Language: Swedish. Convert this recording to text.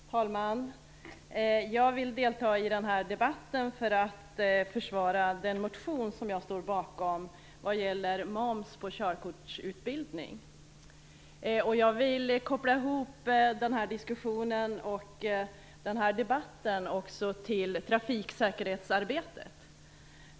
Fru talman! Jag vill delta i den här debatten för att försvara den motion som jag står bakom vad gäller moms på körkortsutbildning. Jag vill koppla den här diskussionen och den här debatten till trafiksäkerhetsarbetet.